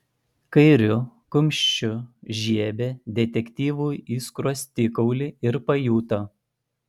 kairiu kumščiu žiebė detektyvui į skruostikaulį ir pajuto